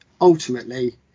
ultimately